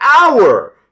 hour